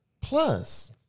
Plus